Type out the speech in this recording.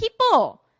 people